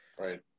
right